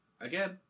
again